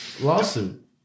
lawsuit